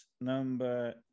Number